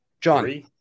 John